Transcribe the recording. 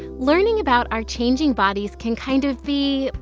learning about our changing bodies can kind of be,